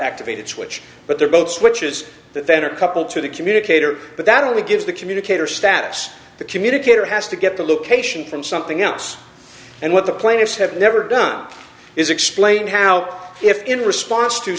activated switch but they're both switches that then are coupled to the communicator but that only gives the communicator status the communicator has to get the location from something else and what the plaintiffs have never done is explain how if in response to